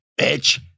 bitch